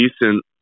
decent